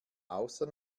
außer